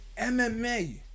MMA